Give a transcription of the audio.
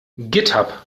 github